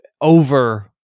over